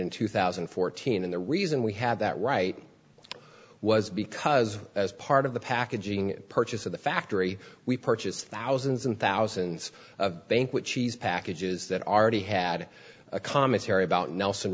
in two thousand and fourteen and the reason we had that right was because as part of the packaging purchase of the factory we purchased thousands and thousands of banquet cheese packages that r t had a commentary about nelson